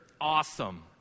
awesome